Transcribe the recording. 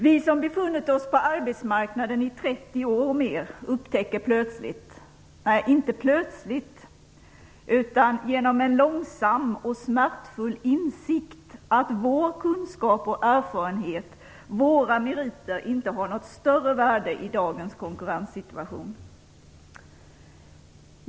Vi som befunnit oss på arbetsmarknaden i 30 år och mer upptäcker plötsligt - nej, inte plötsligt, utan genom en långsam och smärtfull insikt - att vår kunskap och erfarenhet, våra meriter inte har något större värde i dagens konkurrenssituation.